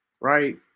right